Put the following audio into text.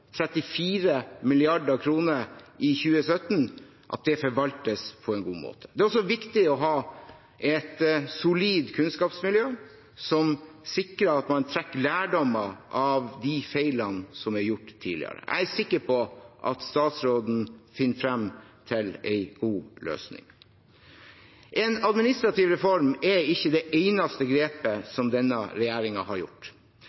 34 mrd. kr i 2017 – forvaltes på en god måte. Det er også viktig å ha et solid kunnskapsmiljø som sikrer at man trekker lærdommer av feilene som er gjort tidligere. Jeg er sikker på at statsråden finner frem til en god løsning. En administrativ reform er ikke det eneste grepet som denne regjeringen har